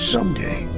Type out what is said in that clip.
Someday